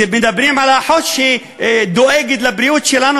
מדברים על האחות שדואגת לבריאות שלנו